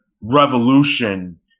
revolution